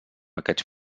aquests